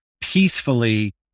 peacefully